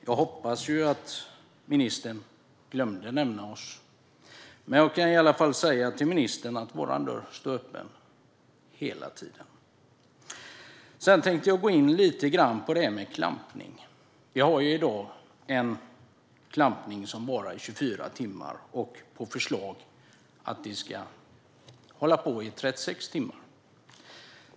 Jag hoppas ju att ministern glömde nämna oss. Men jag kan i alla fall säga till ministern att vår dörr står öppen hela tiden. Sedan tänkte jag gå in lite på detta med klampning. Klampning får enligt dagens regler vara i 24 timmar, och förslaget är nu att den ska få hålla på i 36 timmar.